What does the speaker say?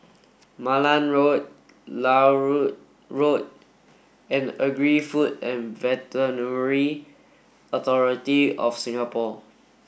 Malan Road Larut Road and Agri Food and Veterinary Authority of Singapore